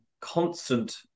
constant